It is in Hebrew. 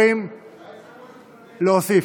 להוסיף,